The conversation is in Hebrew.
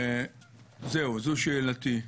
זו שאלתי.